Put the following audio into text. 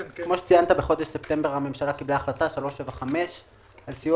בחודש ספטמבר הממשלה קיבלה החלטה 375 על סיוע